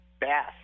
bath